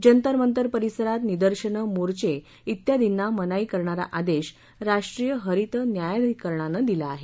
जंतर मंतर परिसरात निदर्शनं मोर्चे इत्यादींना मनाई करणारा आदेश राष्ट्रीय हरित न्यायधिकरणानं दिला आहे